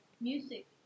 music